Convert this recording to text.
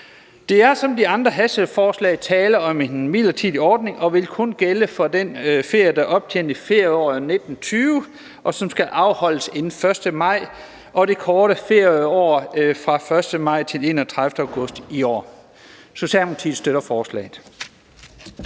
Der er som med de andre hasteforslag tale om en midlertidig ordning, og den vil kun gælde for den ferie, der er optjent i ferieåret 2019-20, og som skal afholdes inden den 1. maj og det korte ferieår fra den 1. maj til den 31. august i år. Socialdemokratiet støtter forslaget.